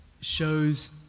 shows